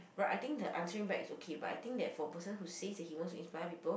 but I think the answering back is okay but I think that for a person who says that he wants to inspire people